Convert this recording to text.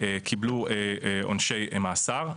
קיבלו עונשי מאסר.